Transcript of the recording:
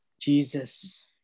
Jesus